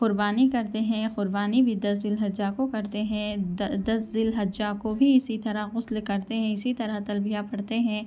قربانی کرتے ہیں قربانی بھی دس ذی الحجہ کو کرتے ہے دس ذی الحجہ کو بھی اسی طرح غسل کرتے ہے اسی طرح طلبیہ پڑھتے ہیں